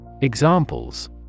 Examples